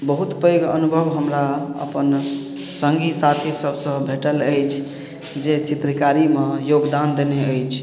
बहुत पैघ अनुभव हमरा अपन संगी साथी सबसँ भेटल अछि जे चित्रकारीमे योगदान देने अछि